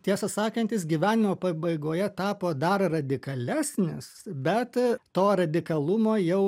tiesą sakant jis gyvenimo pabaigoje tapo dar radikalesnis bet to radikalumo jau